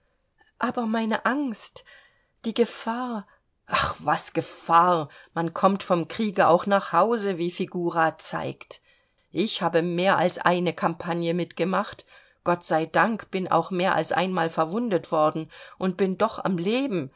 aber meine angst die gefahr ach was gefahr man kommt vom kriege auch nach haus wie figura zeigt ich habe mehr als eine campagne mitgemacht gott sei dank bin auch mehr als einmal verwundet worden und bin doch am leben